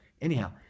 Anyhow